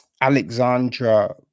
Alexandra